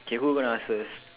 okay who gonna ask first